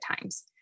times